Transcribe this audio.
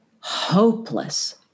hopeless